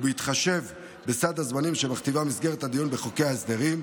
ובהתחשב בסדר הזמנים שמכתיבה מסגרת הדיון בחוקי ההסדרים,